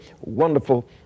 wonderful